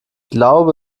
glaube